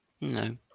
No